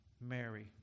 Mary